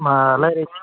मा रायज्लायनो